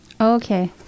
Okay